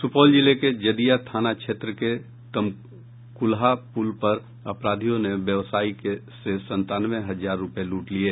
सुपौल जिले के जदिया थाना क्षेत्र के तमकुलहा पुल पर अपराधियों ने व्यवसायी से सत्तानवे हजार रूपये लूट लिये